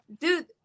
dude